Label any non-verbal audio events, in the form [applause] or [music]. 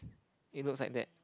[noise] it looks like that